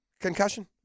concussion